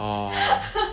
orh